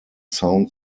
sound